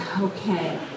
okay